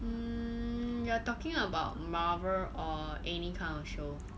mm you're talking about Marvel or any kind of show